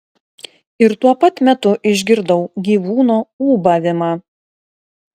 ir tuo pat metu išgirdau gyvūno ūbavimą